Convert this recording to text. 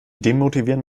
demotivieren